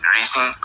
Reason